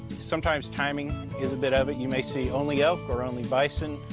sometimes timing is a bit of it. you may see only elk or only bison.